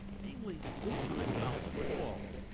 mainly big-time college football.